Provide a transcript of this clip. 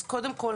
קודם כל,